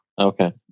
Okay